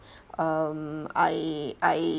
um I I